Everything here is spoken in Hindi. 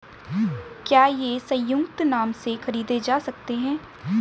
क्या ये संयुक्त नाम से खरीदे जा सकते हैं?